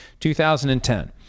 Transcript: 2010